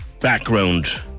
background